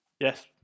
yes